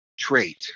trait